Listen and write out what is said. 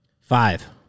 Five